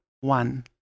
one